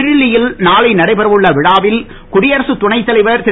புதுடெல்லியில் நாளை நடைபெறவுள்ள விழாவில் குடியரசுத் துணைத் தலைவர் திரு